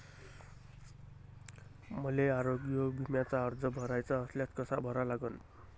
मले आरोग्य बिम्याचा अर्ज भराचा असल्यास कसा भरा लागन?